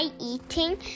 eating